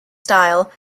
style